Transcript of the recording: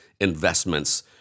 investments